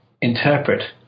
interpret